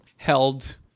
held